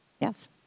yes